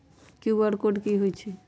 QR code कि हई छई?